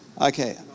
Okay